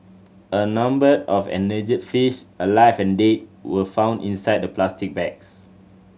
a number of endangered fish alive and dead were found inside the plastic bags